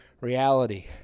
reality